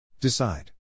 Decide